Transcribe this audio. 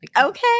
Okay